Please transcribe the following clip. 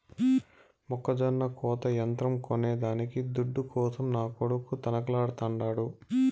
మొక్కజొన్న కోత యంత్రం కొనేదానికి దుడ్డు కోసం నా కొడుకు తనకలాడుతాండు